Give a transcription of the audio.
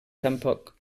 tampoc